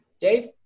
Dave